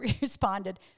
responded